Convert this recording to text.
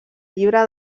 llibre